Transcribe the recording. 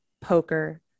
poker